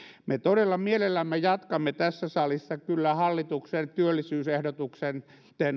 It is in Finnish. me todella mielellämme jatkamme tässä salissa kyllä hallituksen työllisyysehdotusten